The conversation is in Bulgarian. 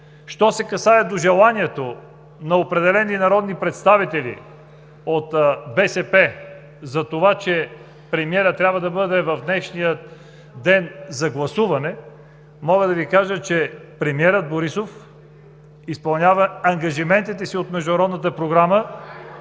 Що се касае до желанието на определени народни представители от БСП за това, че премиерът трябва да бъде в днешния ден за гласуване, мога да Ви кажа, че премиерът Борисов изпълнява ангажиментите си от Международната програма